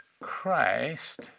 Christ